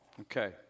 Okay